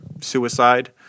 suicide